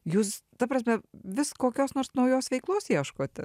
jūs ta prasme vis kokios nors naujos veiklos ieškote